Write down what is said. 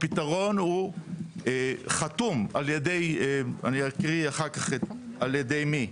והפתרון הוא חתום אני אקריא אחר כך על ידי מי.